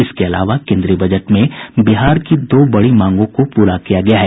इसके अलावा केन्द्रीय बजट में बिहार की दो बड़ी मांगों को पूरा किया गया है